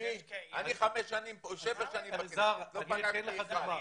אני שבע שנים בכנסת ולא פגשתי אחד כזה.